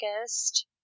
August